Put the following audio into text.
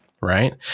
right